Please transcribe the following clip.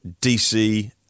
dc